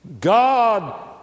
God